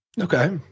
Okay